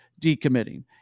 decommitting